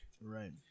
Right